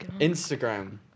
Instagram